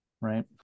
Right